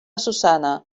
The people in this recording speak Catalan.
susanna